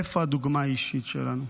איפה הדוגמה האישית שלנו.